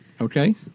Okay